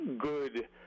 good